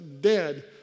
dead